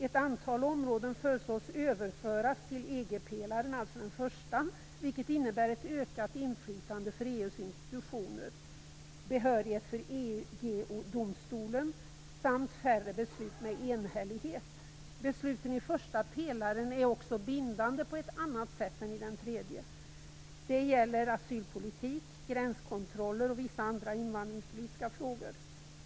Ett antal områden föreslås överföras till EG-pelaren, alltså den första pelaren. Det innebär ett ökat inflytande för EU:s institutioner, behörighet för EG domstolen samt färre beslut med enhällighet. Besluten i första pelaren är också bindande på ett annat sätt än i den tredje. Det gäller asylpolitik, gränskontroller och vissa andra invandrarpolitiska frågor.